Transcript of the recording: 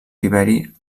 tiberi